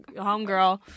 homegirl